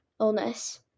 illness